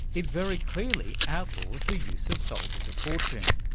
it very clearly outlaws the use of soldiers of fortune.